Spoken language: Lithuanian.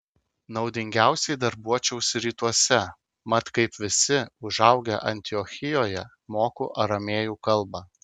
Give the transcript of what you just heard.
naudingiausiai darbuočiausi rytuose mat kaip visi užaugę antiochijoje moku aramėjų kalbą